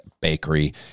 Bakery